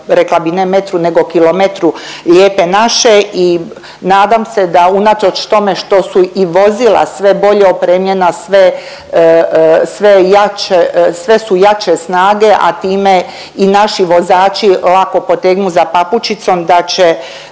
rekla bi ne metru nego kilometru Ljepe naše i nadam se da unatoč tome što su i vozila sve bolje opremljena, sve jače, sve su jače snage, a time i naši vozači lako potegnu za papučicom da će